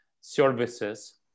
services